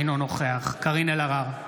אינו נוכח קארין אלהרר,